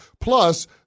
Plus